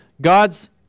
God's